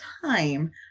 time